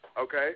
okay